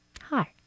Hi